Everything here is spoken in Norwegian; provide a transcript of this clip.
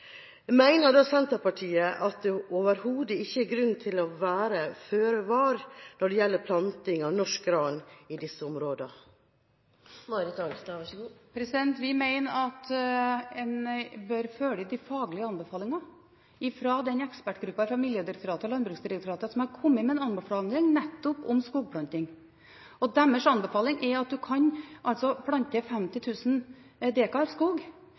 gjelder planting av norsk gran i disse områdene? Vi mener at en bør følge de faglige anbefalingene fra den ekspertgruppa fra Miljødirektoratet og Landbruksdirektoratet som er kommet med en anbefaling nettopp om skogplanting. Deres anbefaling er at en kan plante 50 000 dekar skog,